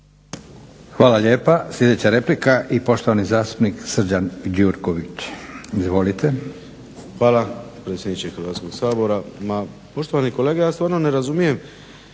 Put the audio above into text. Hvala lijepa. Sljedeća replika i poštovani zastupnik Srđan Gjurković. Izvolite. **Gjurković, Srđan (HNS)** Hvala predsjedniče Hrvatskog sabora. Ma poštovani kolega ja stvarno ne razumijem,